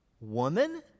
woman